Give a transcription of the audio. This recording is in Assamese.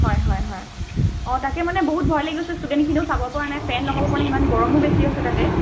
হয় হয় হয় অঁ তাকে মানে বহুত ভয় লাগি গ'ল ইষ্টুডেণ্টখিনিও চাব পৰা নাই ফেন লগাব পৰা নাই গৰমো বেছি হৈছে তাতে